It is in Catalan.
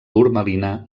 turmalina